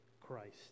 Christ